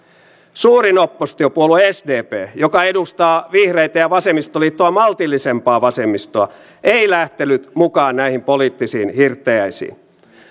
suurin oppositiopuolue sdp joka edustaa vihreitä ja vasemmistoliittoa maltillisempaa vasemmistoa ei lähtenyt mukaan näihin poliittisiin hirttäjäisiin